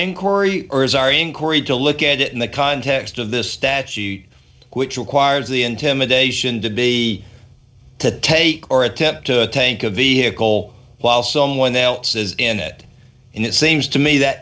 iran corey or is our inquiry to look at it in the context of this statute which requires the intimidation to be to take or attempt to tank a vehicle while someone else is in it and it seems to me that